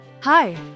Hi